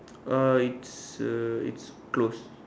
uh it's uh it's close